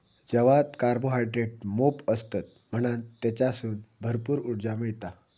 जवात कार्बोहायड्रेट मोप असतत म्हणान तेच्यासून भरपूर उर्जा मिळता